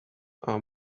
are